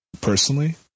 Personally